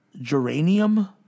Geranium